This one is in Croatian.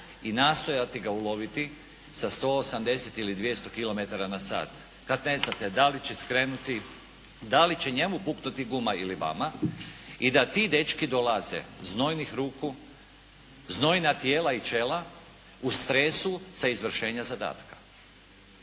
i nastojati ga uloviti sa 180 ili 200 km/h kad ne znate da li će skrenuti, da li će njemu puknuti guma ili vama i da ti dečki dolaze znojnih ruku, znojna tijela i čela, u stresu sa izvršenja zadatka.